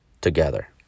together